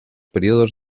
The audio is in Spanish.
períodos